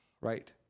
right